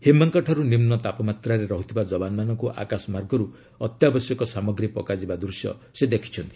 ହିମାଙ୍କଠାରୁ ନିମ୍ନ ତାପମାତ୍ରାରେ ରହୁଥିବା ଯବାନମାନଙ୍କୁ ଆକାଶମାର୍ଗରୁ ଅତ୍ୟାବଶ୍ୟକ ସାମଗ୍ରୀ ପକାଯିବା ଦୃଶ୍ୟ ସେ ଦେଖିଛନ୍ତି